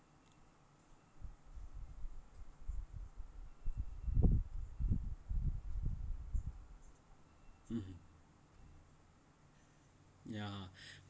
(uh huh) ya